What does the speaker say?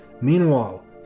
Meanwhile